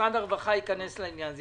שמשרד הרווחה ייכנס לעניין הזה.